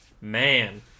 Man